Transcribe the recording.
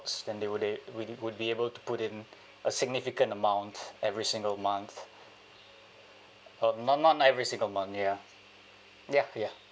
and they will they will would would be able to put in a significant amount every single month uh not not every single month ya ya ya